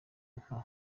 nto